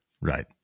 Right